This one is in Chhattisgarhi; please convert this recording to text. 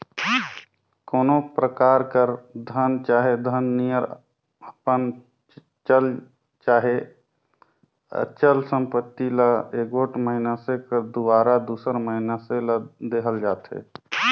कोनो परकार कर धन चहे धन नियर अपन चल चहे अचल संपत्ति ल एगोट मइनसे कर दुवारा दूसर मइनसे ल देहल जाथे